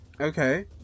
Okay